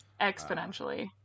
exponentially